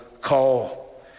call